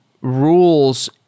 rules